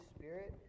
Spirit